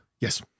Yes